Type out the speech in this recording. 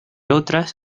otras